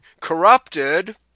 corrupted